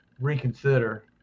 reconsider